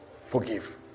forgive